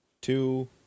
Two